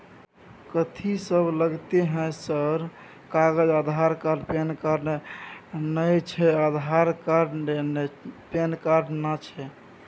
कथि सब लगतै है सर कागज आधार कार्ड पैन कार्ड नए छै आधार कार्ड छै पैन कार्ड ना छै?